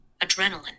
Adrenaline